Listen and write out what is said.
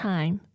Time